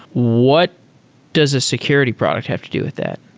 what does a security product have to do with that?